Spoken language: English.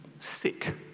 sick